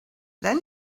then